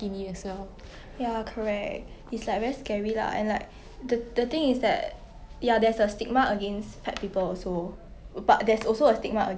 ya